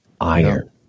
iron